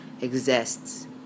exists